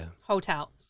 hotel